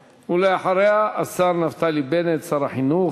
ואחריה, השר נפתלי בנט, שר החינוך.